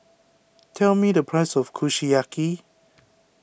tell me the price of Kushiyaki